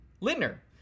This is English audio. Lindner